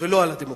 ולא על הדמוקרטית.